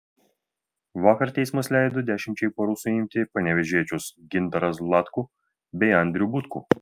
vakar teismas leido dešimčiai parų suimti panevėžiečius gintarą zlatkų bei andrių butkų